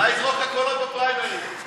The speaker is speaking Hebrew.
ולזכות באמון הציבור יותר מכל אחד מהיושבים